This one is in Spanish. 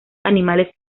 animales